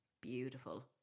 beautiful